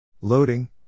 Loading